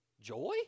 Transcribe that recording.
Joy